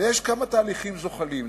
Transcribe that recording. אבל יש כמה תהליכים זוחלים.